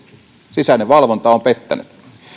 sisäinen valvonta on pettänyt